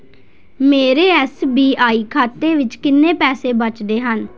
ਮੇਰੇ S B I ਖਾਤੇ ਵਿੱਚ ਕਿੰਨੇ ਪੈਸੇ ਬਚਦੇ ਹਨ